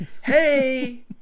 hey